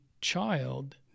child